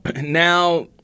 now